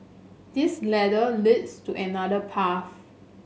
this ladder leads to another path